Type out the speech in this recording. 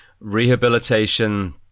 rehabilitation